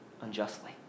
unjustly